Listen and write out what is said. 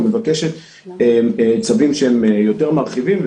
היא מבקשת צווים יותר מרחיבים,